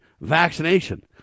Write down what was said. vaccination